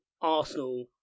Arsenal